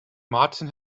martin